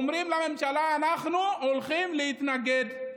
היו אומרים לממשלה: אנחנו הולכים להתנגד,